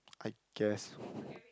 I guess